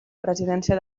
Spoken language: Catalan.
presidència